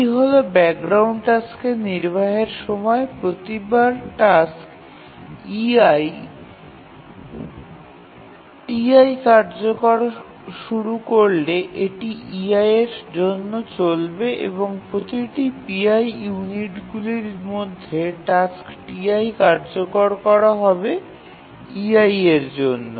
eB হল background টাস্কের নির্বাহের সময় এবং প্রতিবার টাস্ক ei ti কার্যকর করা শুরু করলে এটি ei এর জন্য চলবে এবং প্রতিটি pi ইউনিটগুলির মধ্যে টাস্ক ti কার্যকর করা হবে ei এর জন্য